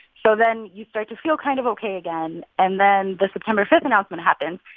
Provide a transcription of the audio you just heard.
so then you start to feel kind of ok again. and then the september five announcement happens.